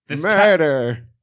Murder